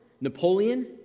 Napoleon